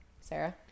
Sarah